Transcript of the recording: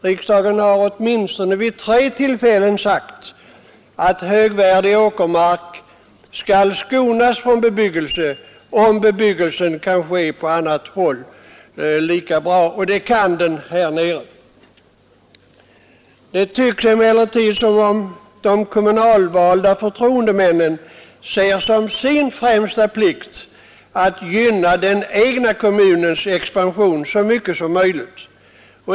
Riksdagen har vid åtminstone tre tillfällen sagt att högvärdig åkermark skall skonas från bebyggelse om bebyggelsen lika bra kan ske på annat håll, och det är fallet där nere. Det tycks emellertid som om de kommunala förtroendemännen ser som sin främsta plikt att gynna den egna kommunens expansion så mycket som möjligt.